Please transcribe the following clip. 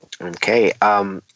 Okay